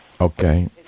Okay